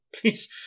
please